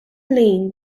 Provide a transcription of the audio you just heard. lean